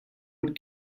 would